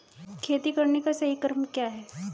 खेती करने का सही क्रम क्या है?